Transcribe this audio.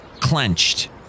Clenched